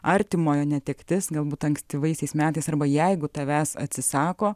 artimojo netektis galbūt ankstyvaisiais metais arba jeigu tavęs atsisako